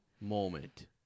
moment